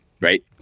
right